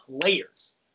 players